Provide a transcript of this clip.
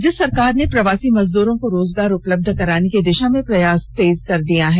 राज्य सरकार ने प्रवासी मजदूरो को रोजगार उपलब्ध कराने की दिषा में प्रयास तेज कर दिया है